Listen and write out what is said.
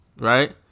right